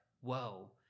Whoa